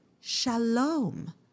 shalom